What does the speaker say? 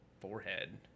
forehead